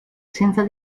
senza